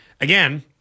again